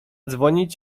dzwonić